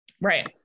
Right